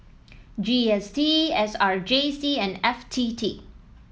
G S T S R J C and F T T